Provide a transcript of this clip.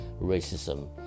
racism